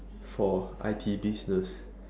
for I_T business